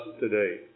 today